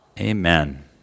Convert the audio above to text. Amen